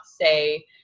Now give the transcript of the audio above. say